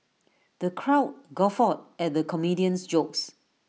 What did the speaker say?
the crowd guffawed at the comedian's jokes